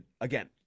again